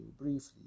briefly